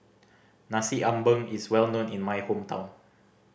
Nasi Ambeng is well known in my hometown